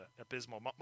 abysmal